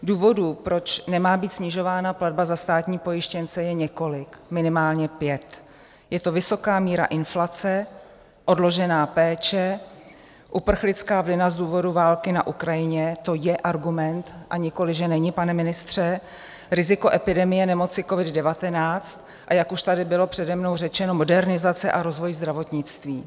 Důvodů, proč nemá být snižována platba za státní pojištěnce, je několik, minimálně pět je to vysoká míra inflace, odložená péče, uprchlická vlna z důvodu války na Ukrajině to je argument, a nikoliv že není, pane ministře riziko epidemie nemoci covid19, a jak už tady bylo přede mnou řečeno, modernizace a rozvoj zdravotnictví.